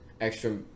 extra